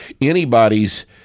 anybody's